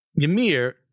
Ymir